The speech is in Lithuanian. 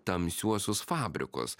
tamsiuosius fabrikus